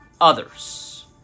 others